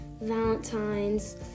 valentines